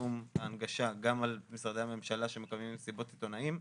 ליישום ההנגשה גם על משרדי הממשלה שמקיימים מסיבות עיתונאים,